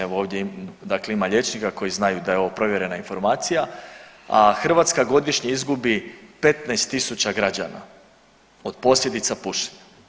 Evo ovdje, dakle ima liječnika koji znaju da je ovo provjerena informacija, a Hrvatska godišnje izgubi 15.000 građana od posljedica pušenja.